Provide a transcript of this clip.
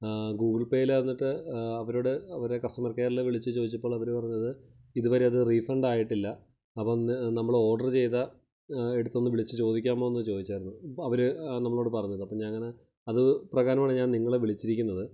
Google പേയിൽ എന്നിട്ട് അവരോട് അവര് കസ്റ്റമർ കെയറില് വിളിച്ച് ചോദിച്ചപ്പോളവര് പറഞ്ഞത് ഇതുവരെ അത് റിഫണ്ടായിട്ടില്ല അപ്പോഴൊന്ന് നമ്മൾ ഓർഡർ ചെയ്ത അടുത്തൊന്നു വിളിച്ച് ചോദിക്കാമോന്ന് ചോദിച്ചായിരുന്നു അപ്പം അവര് നമ്മളോട് പറഞ്ഞത് അപ്പം ഞാനങ്ങനെ അത് പ്രകാരമാണ് ഞാൻ നിങ്ങളെ വിളിച്ചിരിക്കുന്നത്